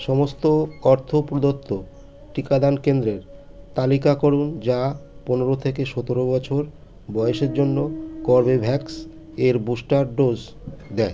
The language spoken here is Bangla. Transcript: সমস্ত অর্থ প্রদত্ত টিকাদান কেন্দ্রের তালিকা করুন যা পনেরো থেকে সতেরো বছর বয়েসের জন্য কর্বেভ্যাক্স এর বুস্টার ডোজ দেয়